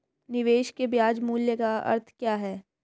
निवेश के ब्याज मूल्य का अर्थ क्या है?